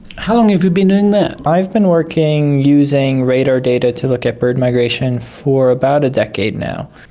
how long have you been doing that? i've been working using radar data to look at bird migration for about a decade now.